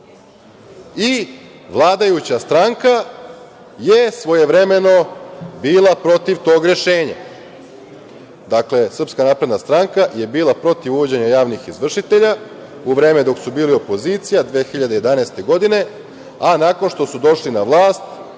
i vladajuća stranka je svojevremeno bila protiv tog rešenja. Dakle, SNS je bila protiv uvođenja javnih izvršitelja, u vreme dok su bili opozicija 2011. godine, a nakon što su došli na vlast,